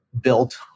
built